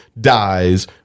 dies